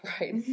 right